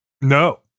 No